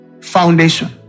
foundation